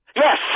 Yes